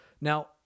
Now